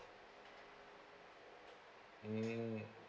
mm